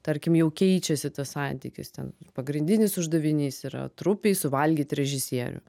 tarkim jau keičiasi tas santykis ten pagrindinis uždavinys yra trupei suvalgyt režisierių